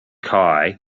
kai